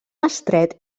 estret